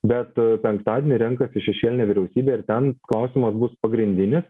bet penktadienį renkasi šešėlinė vyriausybė ir ten klausimas bus pagrindinis